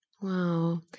Wow